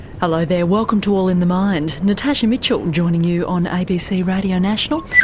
hello there, welcome to all in the mind. natasha mitchell joining you on abc radio national,